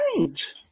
right